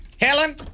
Helen